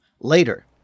Later